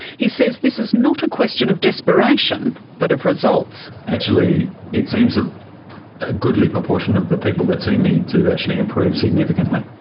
he says this is not a question of desperation, but of results. actually it seems that a goodly proportion of the people that see me do actually improve significantly,